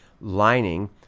lining